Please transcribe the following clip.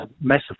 massive